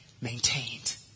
Maintained